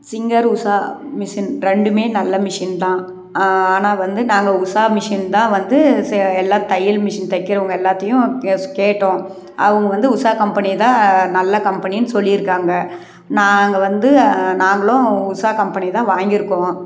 singer Usha machine ரெண்டுமே நல்ல machine தான் ஆனால் வந்து நாங்கள் உஷா மிஷின் தான் வந்து எல்லா தையல் மிஷின் தைக்கிறவுங்க எல்லாத்தையும் கேட்டோம் அவங்க வந்து உஷா கம்பெனியை தான் நல்ல கம்பெனின்னு சொல்லியிருக்காங்க நாங்கள் வந்து நாங்களும் உஷா கம்பெனி தான் வாங்கியிருக்கோம்